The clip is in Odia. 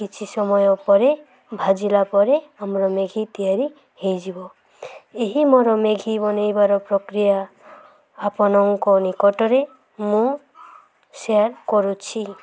କିଛି ସମୟ ପରେ ଭାଜିଲା ପରେ ଆମର ମ୍ୟାଗି ତିଆରି ହେଇଯିବ ଏହି ମୋର ମ୍ୟାଗି ବନେଇବାର ପ୍ରକ୍ରିୟା ଆପଣଙ୍କ ନିକଟରେ ମୁଁ ସେୟାର୍ କରୁଛି